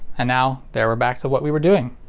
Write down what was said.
and now, there we're back to what we were doing.